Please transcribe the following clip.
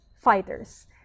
fighters